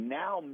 now